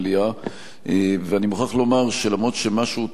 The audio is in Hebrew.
ואני מוכרח לומר שגם אם מה שהוא תיאר הוא נכון,